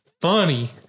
funny